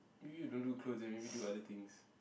maybe you don't do clothes then maybe do other things